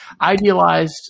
idealized